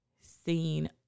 seen